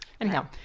anyhow